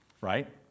Right